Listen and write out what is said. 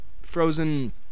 Frozen